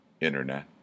internet